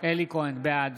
בעד